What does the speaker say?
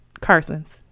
Carson's